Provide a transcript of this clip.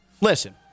listen